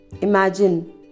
Imagine